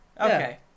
Okay